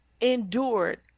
endured